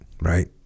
right